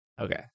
Okay